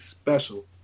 special